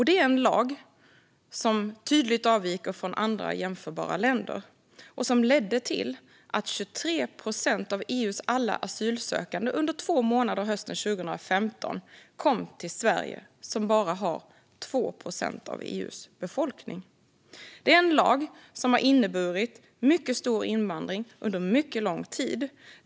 Det är en lag som kraftigt avviker från andra jämförbara länder och som ledde till att 23 procent av EU:s alla asylsökande under två månader hösten 2015 kom till Sverige, som bara har 2 procent av EU:s befolkning. Det är en lag som har inneburit mycket stor invandring under mycket lång tid.